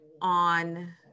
on